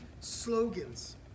slogans